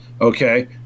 okay